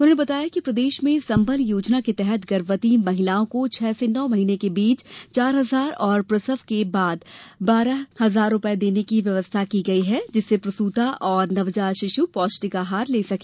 उन्होंने बताया कि प्रदेश में संबल योजना के तहत गर्भवती महिलाओं को छह से नौ महीने के बीच चार हजार और प्रसव के बाद बारह हजार रूपये देने की व्यवस्था की गयी है जिससे प्रसूता और नवजात शिशु पौष्टिक आहार ले सके